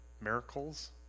miracles